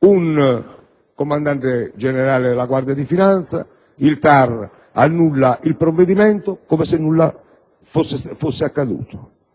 un comandante generale della Guardia di finanza ed il TAR annulla il provvedimento come se nulla fosse accaduto.